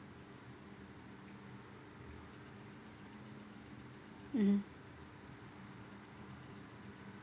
mmhmm